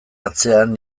atzean